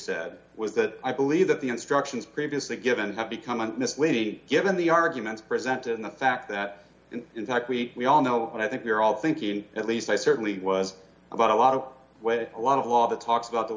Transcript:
said was that i believe that the instructions previously given have become a misleading given the arguments presented and the fact that in fact we we all know what i think you're all thinking at least i certainly was about a lot of what a lot of law that talks about the